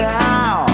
now